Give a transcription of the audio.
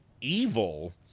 evil